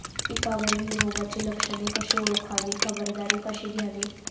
पिकावरील रोगाची लक्षणे कशी ओळखावी, खबरदारी कशी घ्यावी?